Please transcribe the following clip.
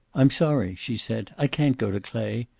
i'm sorry, she said. i can't go to clay.